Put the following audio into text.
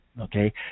Okay